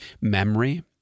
Memory